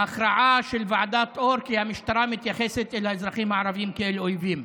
ההכרעה של ועדת אור כי המשטרה מתייחסת אל האזרחים הערבים כאל אויבים.